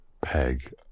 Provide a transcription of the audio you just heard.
Peg